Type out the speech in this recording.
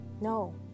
No